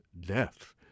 death